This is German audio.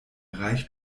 reicht